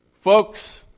Folks